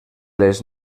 les